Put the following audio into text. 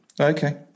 Okay